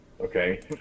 okay